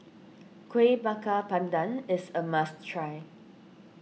Kueh Bakar Pandan is a must try